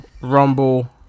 Rumble